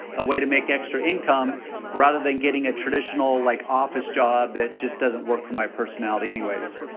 a way to make extra income rather than getting a traditional like office job that just doesn't work for my personality anyways.